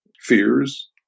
fears